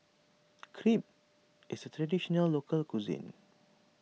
Crepe is a Traditional Local Cuisine